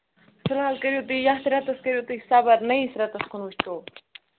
فِلحال کٔرِو تُہۍ یَتھ رٮ۪تَس کٔرِو تُہۍ صبر نٔوِس رٮ۪تَس کُن وُچھو